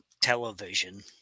television